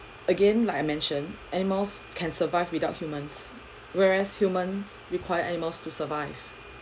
again like I mentioned animals can survive without humans whereas humans required animals to survive